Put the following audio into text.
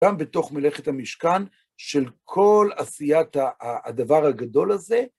גם בתוך מלאכת המשכן של כל עשיית הדבר הגדול הזה.